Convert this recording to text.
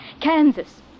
Kansas